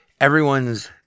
everyone's